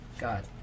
God